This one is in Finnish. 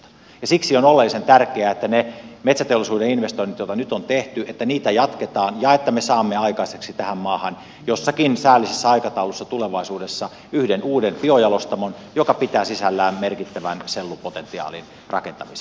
siksi on oleellisen tärkeää että niitä metsäteollisuuden investointeja joita nyt on tehty jatketaan ja että me saamme aikaiseksi tähän maahan jossakin säällisessä aikataulussa tulevaisuudessa yhden uuden biojalostamon joka pitää sisällään merkittävän sellupotentiaalin rakentamisen